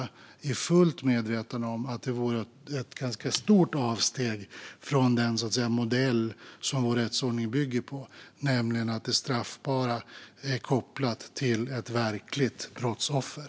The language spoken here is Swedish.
Jag är fullt medveten om att det vore ett ganska stort avsteg från den modell som vår rättsordning bygger på, nämligen att det straffbara är kopplat till ett verkligt brottsoffer.